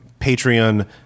Patreon